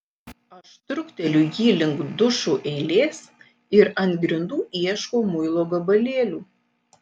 aš trukteliu jį link dušų eilės ir ant grindų ieškau muilo gabalėlių